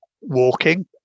Walking